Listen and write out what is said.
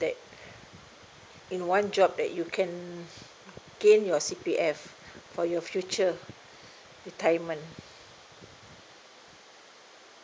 that in one job that you can gain your C_P_F for your future retirement